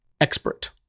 expert